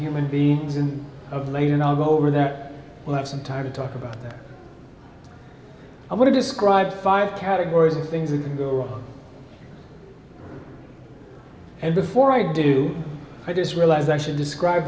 human beings and of the maid and i'll go over that we'll have some time to talk about that i want to describe five categories of things that could go wrong and before i do i just realized actually describe